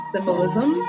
Symbolism